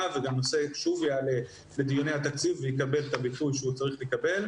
והנושא שוב יעלה בדיוני התקציב ויקבל את הביטוי שהוא צריך לקבל.